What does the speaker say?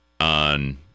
on